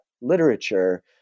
literature